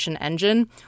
engine